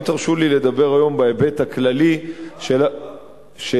אבל אם תרשו לי לדבר היום בהיבט הכללי של הנושא,